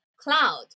cloud